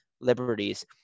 liberties